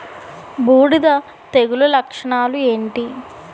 బూడిద తెగుల లక్షణాలు ఏంటి?